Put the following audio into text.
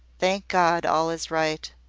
thank god, all is right!